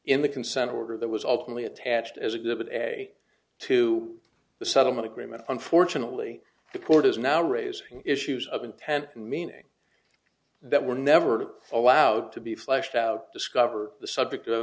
in the consent order that was ultimately attached as exhibit a to the settlement agreement unfortunately the court is now raising issues of intent meaning that were never allowed to be fleshed out discover the subject of